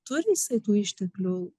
turi jisai tų išteklių